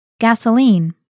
Gasoline